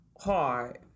hard